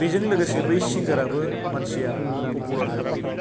बेजों लोगोसे बै सिंगाराबो मानसिआ पपुलार जाफायो